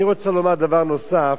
אני רוצה לומר דבר נוסף,